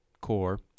core